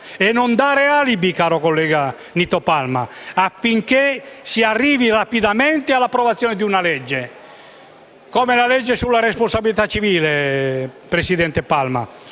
e non dare alibi, caro collega Palma, affinché si arrivi rapidamente all'approvazione di una legge. Pensiamo alla legge sulla responsabilità civile, presidente Palma: